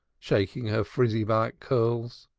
shaking her frizzly black curls.